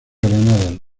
granada